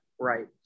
right